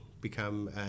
become